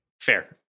fair